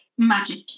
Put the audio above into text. magic